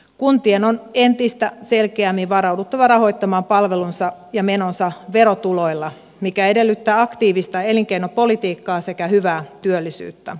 kuntien on entistä selkeämmin varauduttava rahoittamaan palvelunsa ja menonsa verotuloilla mikä edellyttää aktiivista elinkeinopolitiikkaa sekä hyvää työllisyyttä